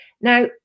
Now